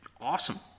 awesome